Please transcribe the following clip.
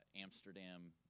Amsterdam